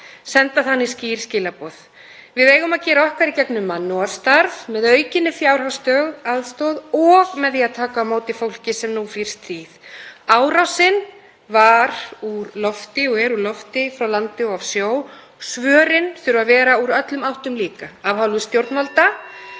senda þannig skýr skilaboð. Við eigum að gera okkar í gegnum mannúðarstarf, með aukinni fjárhagsaðstoð og með því að taka á móti fólki sem nú flýr stríð. Árásin er úr lofti, frá landi og á sjó og svörin þurfa að vera úr öllum áttum líka af hálfu stjórnvalda,